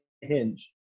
Hinge